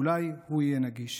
שאולי הוא יהיה נגיש,